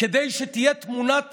כדי שתהיה תמונת